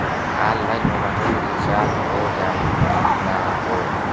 Online mobile recharge हो जाई की ना हो?